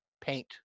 paint